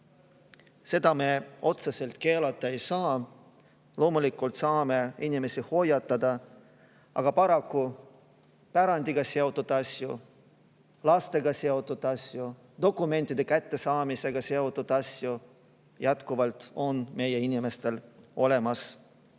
Seda me otseselt keelata ei saa. Loomulikult saame inimesi hoiatada. Aga paraku pärandiga seotud asju, lastega seotud asju, dokumentide kättesaamisega seotud asju on meie inimestel